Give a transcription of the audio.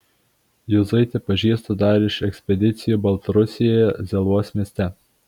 juzuitį pažįstu dar iš ekspedicijų baltarusijoje zelvos mieste